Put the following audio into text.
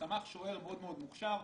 צמח שוער מאוד מוכשר.